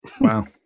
Wow